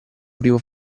primo